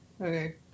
Okay